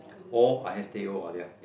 or I have teh O alia